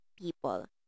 people